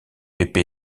pepe